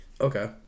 Okay